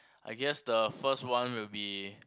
I guess the first one will be